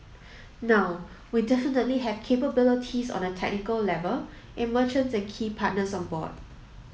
now we definitely have capabilities on a technical level and merchants and key partners on board